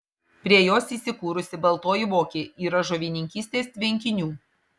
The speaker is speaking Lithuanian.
prie jos įsikūrusi baltoji vokė yra žuvininkystės tvenkinių